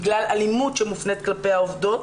בגלל אלימות שמופנית כלפי העובדות,